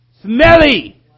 smelly